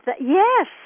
yes